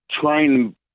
trying